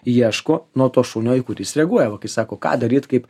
ieško nuo to šunio į kurį jis reaguoja va kai sako ką daryt kaip